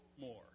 more